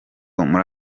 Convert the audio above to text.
muri